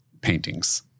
paintings